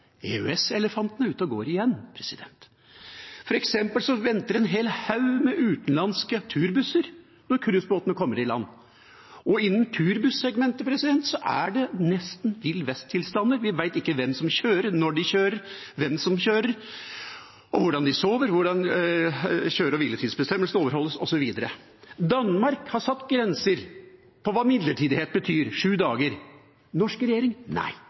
er ute og går igjen. Et eksempel: Det venter en hel haug med utenlandske turbusser når cruisebåtene kommer i land, og innen turbuss-segmentet er det nesten villvest-tilstander. Vi vet ikke hvem som kjører, når de kjører, hvordan de sover, om kjøre- og hviletidsbestemmelsene overholdes, osv. Danmark har satt grenser for hva «midlertidighet» betyr: syv dager. Den norske regjering?